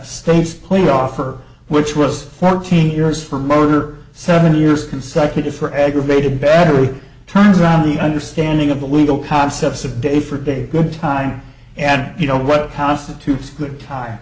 state's play offer which was fourteen years for murder seven years consecutive for aggravated battery turns around the understanding of the legal concepts of day for day good time and you know what constitutes a good time